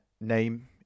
name